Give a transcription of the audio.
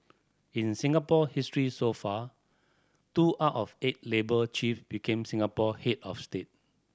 in Singapore history so far two out of eight labour chief became Singapore head of state